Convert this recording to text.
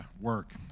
work